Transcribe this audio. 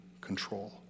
control